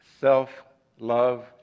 self-love